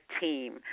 team